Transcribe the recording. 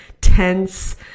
tense